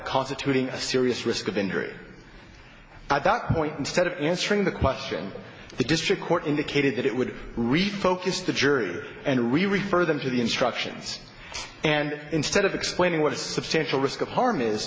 constituting a serious risk of injury at that point instead of answering the question the district court indicated that it would wreak focus the jury and re refer them to the instructions and instead of explaining what a substantial risk of harm is